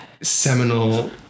seminal